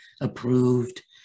approved